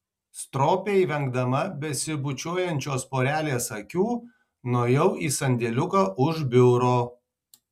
stropiai vengdama besibučiuojančios porelės akių nuėjau į sandėliuką už biuro